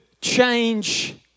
change